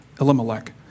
Elimelech